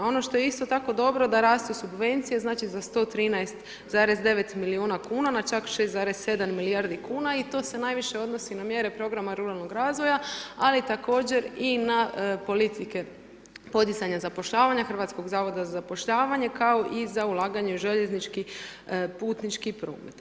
Ono što je isto tako dobro da rastu subvencije, znači za 113,9 milijuna kuna na čak 6,7 milijardi kuna i to se najviše odnosi na mjere programa ruralnog razvoja ali također i na politike poticanja zapošljavanja HZZZ-a kao i za ulaganje u željeznički putnički promet.